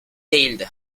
değildi